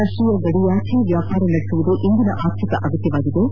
ರಾಷ್ಷೀಯ ಗಡಿಯಾಚೆ ವ್ಲಾಪಾರ ನಡೆಸುವುದು ಇಂದಿನ ಆರ್ಥಿಕ ಅಗತ್ಯವಾಗಿದ್ದು